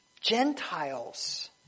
Gentiles